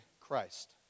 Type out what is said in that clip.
Christ